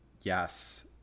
Yes